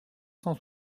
cent